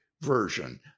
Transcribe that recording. version